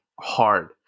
hard